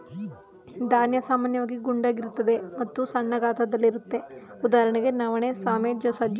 ಧಾನ್ಯ ಸಾಮಾನ್ಯವಾಗಿ ಗುಂಡಗಿರ್ತದೆ ಮತ್ತು ಸಣ್ಣ ಗಾತ್ರದಲ್ಲಿರುತ್ವೆ ಉದಾಹರಣೆಗೆ ನವಣೆ ಸಾಮೆ ಸಜ್ಜೆ